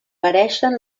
pareixen